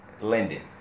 Linden